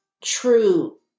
true